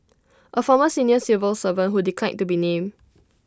A former senior civil servant who declined to be named